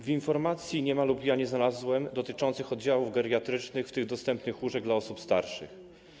W informacji nie ma danych - lub ja nie znalazłem - dotyczących oddziałów geriatrycznych, w tym łóżek dostępnych dla osób starszych.